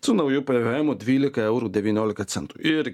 su nauju pvemu dvylika eurų devyniolika centų irgi